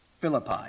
Philippi